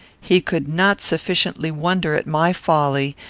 he could not sufficiently wonder at my folly,